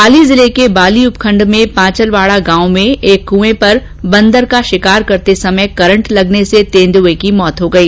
पाली जिले के बाली उपखण्ड में पांचलवाडा गांव में एक क्ए पर बंदर का शिकार करते समय करंट लगने से तेंदुए की मौत हो गई